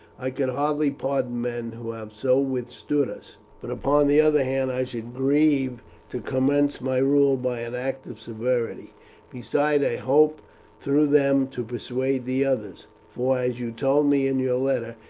i could hardly pardon men who have so withstood us, but, upon the other hand, i should grieve to commence my rule by an act of severity besides, i hope through them to persuade the others for, as you told me in your letter,